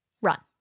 run